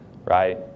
Right